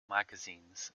magazines